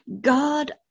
God